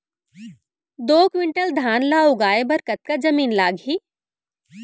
दो क्विंटल धान ला उगाए बर कतका जमीन लागही?